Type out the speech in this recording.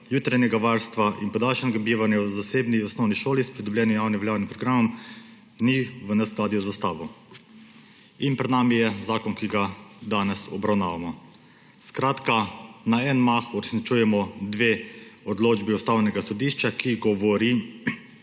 jutranjega varstva in podaljšanega bivanja v zasebni osnovni šoli s pridobljenim javnim veljavnim programom, ni v neskladju z Ustavo.« In pred nami je zakon, ki ga danes obravnavamo. Skratka, na en mah uresničujemo dve odločbi Ustavnega sodišča, ki govorita